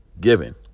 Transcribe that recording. given